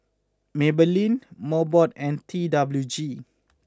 Maybelline Mobot and T W G